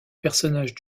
personnage